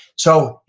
so,